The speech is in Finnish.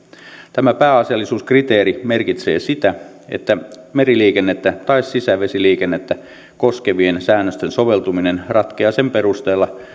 tämä pääasiallisuuskriteeri merkitsee sitä että meriliikennettä tai sisävesiliikennettä koskevien säännösten soveltuminen ratkeaa sen perusteella